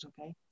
okay